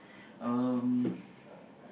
um